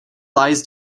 lies